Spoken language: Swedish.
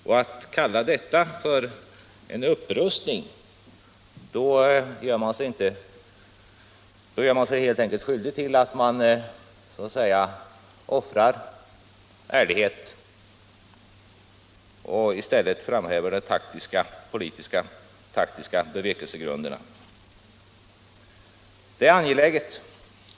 Kallar man detta för en upprustning offrar man ärligheten för de politiskt taktiska bevekelsegrunderna.